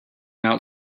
out